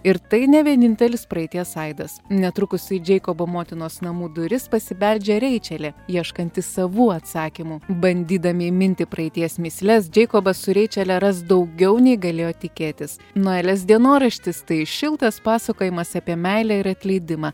ir tai ne vienintelis praeities aidas netrukus į džeikobo motinos namų duris pasibeldžia reičelė ieškanti savų atsakymų bandydami įminti praeities mįsles džeikobas su reičele ras daugiau nei galėjo tikėtis noelės dienoraštis tai šiltas pasakojimas apie meilę ir atleidimą